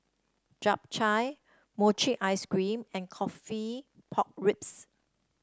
Chap Chai Mochi Ice Cream and coffee Pork Ribs